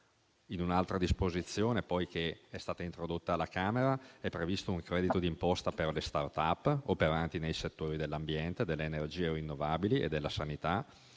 In un'altra disposizione introdotta alla Camera è previsto un credito d'imposta per le *startup* operanti nei settori dell'ambiente, delle energie rinnovabili e della sanità,